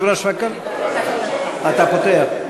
אתה פותח.